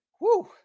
Woo